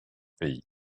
pays